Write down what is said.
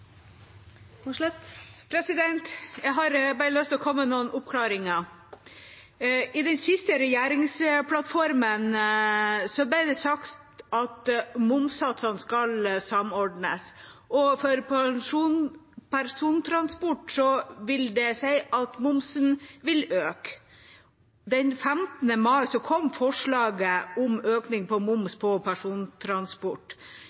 Jeg har bare lyst til å komme med noen oppklaringer. I den siste regjeringsplattformen ble det sagt at momssatsene skal samordnes, og for persontransport vil det si at momsen vil øke. Den 15. mai kom forslaget om økning på